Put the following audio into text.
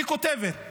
היא כותבת: